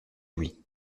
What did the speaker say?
louis